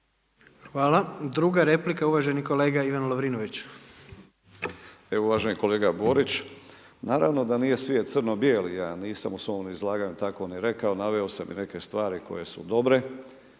Ivan (Promijenimo Hrvatsku)** Evo uvaženi kolega Borić, naravno da nije svijet crno-bijeli, ja nisam u svom izlaganju tako ni rekao. Naveo sam i neke stvari koje su dobre,